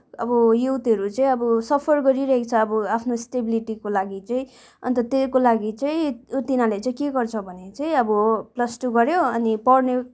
अब युथहरू चाहिँ अब सफर गरिरहेको छ अब आफ्नो स्टेबिलिटीको लागि चाहिँ अन्त त्योको लागि चाहिँ ऊ तिनीहरूले चाहिँ के गर्छ भने चाहिँ अब प्लस टु गर्यो अनि पढ्ने